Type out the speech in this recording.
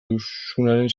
duzubaren